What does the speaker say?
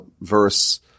verse